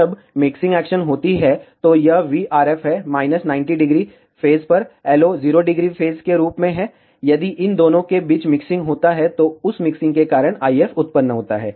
जब mixing action होती है तो यह vRF है 90° फेज पर LO 0° फेज के रूप में है यदि इन दोनों के बीच मिक्सिंग होता है तो उस मिक्सिंग के कारण IF उत्पन्न होता है